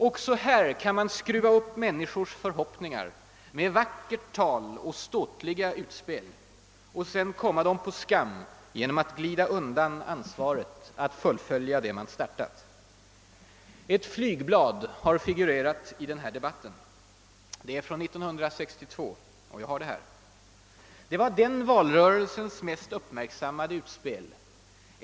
Också här kan man skruva upp människors förhoppningar med vackert tal och ståtliga utspel — och sedan komma dem på skam genom att glida undan ansvaret för att fullfölja det som man startat. Ett flygblad från 1962 har figurerat i denna debatt; jag har det här i min hand. Det var 1962 års valrörelses mest uppmärksammade utspel.